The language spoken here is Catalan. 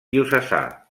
diocesà